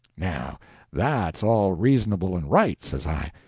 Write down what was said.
now that's all reasonable and right, says i.